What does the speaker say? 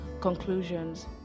conclusions